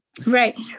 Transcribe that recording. Right